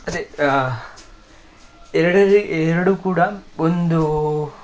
ಅದೇ ಎರಡಲ್ಲಿ ಎರಡೂ ಕೂಡ ಒಂದು